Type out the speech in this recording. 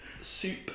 soup